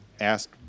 asked